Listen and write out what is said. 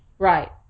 Right